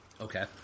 Okay